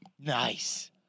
Nice